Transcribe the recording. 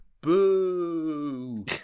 Boo